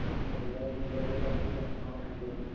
ଆମେ ସବୁ ଜାଗା ବୁଲିକି ଆସିଲା ବେଳକୁ ରାତି ଆଠଟା ନଅଟା ହୋଇଯିବ ନା